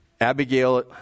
Abigail